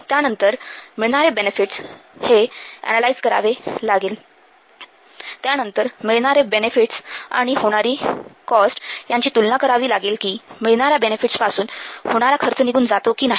त्यानंतर मिळणारे बेनेफिटस आणि होणारे कॉस्ट यांची तुलना करावी लागेल की मिळणाऱ्या बेनिफिट्स पासून होणारा खर्च निघून जातो की नाही